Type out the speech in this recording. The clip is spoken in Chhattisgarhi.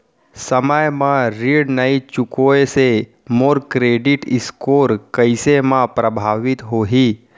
समय म ऋण नई चुकोय से मोर क्रेडिट स्कोर कइसे म प्रभावित होही?